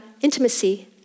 intimacy